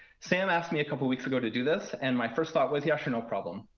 sam asked me a couple of weeks ago to do this. and my first thought was, yeah, sure no problem.